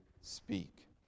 speak